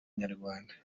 nyarwanda